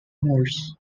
moors